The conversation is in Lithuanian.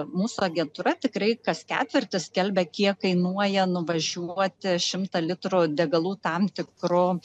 mūsų agentūra tikrai kas ketvirtį skelbia kiek kainuoja nuvažiuoti šimtą litrų degalų tam tikru